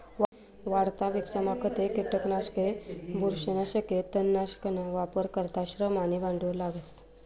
वाढता पिकसमा खते, किटकनाशके, बुरशीनाशके, तणनाशकसना वापर करता श्रम आणि भांडवल लागस